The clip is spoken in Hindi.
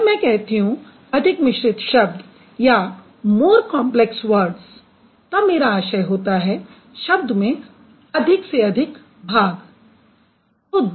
जब मैं कहती हूँ अधिक मिश्रित शब्द या more complex words तब मेरा आशय होता है शब्द में अधिक भाग होंगे